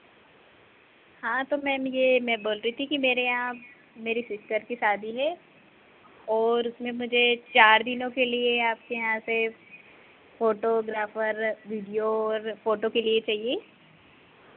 हाँ तो मैम ये मैं बोल रही थी कि मेरे यहाँ मेरी सिस्टर की शादी है और उसमें मुझे चार दिनों के लिए आपके यहाँ से फ़ोटोग्राफ़र वीडियो और फ़ोटो के लिए चाहिए